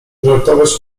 żartować